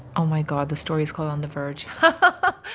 oh, my god. the story's called on the verge. but